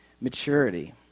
Maturity